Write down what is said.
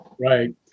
Right